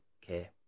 care